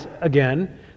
again